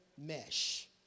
mesh